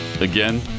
again